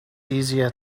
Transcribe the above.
easier